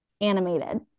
animated